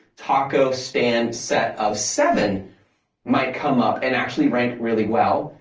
taco stand set of seven might come up and actually rank really well.